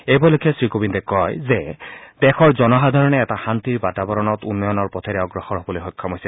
এই উপলক্ষে শ্ৰীকোবিন্দে কয় যে দেশৰ জনসাধাৰণে এটা শান্তিৰ বাতাবৰণত উন্নয়নৰ পথেৰে অগ্ৰসৰ হবলৈ সক্ষম হৈছে